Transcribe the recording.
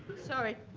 sorry,